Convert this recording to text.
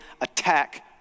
attack